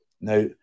Now